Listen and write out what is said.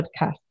podcast